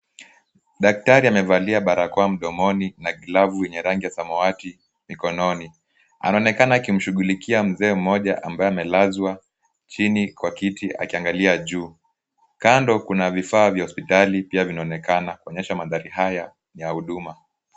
Daktari amevalia barakoa mdomoni na glavu yenye rangi ya samawati mkononi anaonekana akimshughulikia mzee mmoja ambaye amelazwa chini kwa kiti akiangalia juu kando kuna vivaa vya hosipitali vinaonekana vikionyesha mandhari haya ya huduma.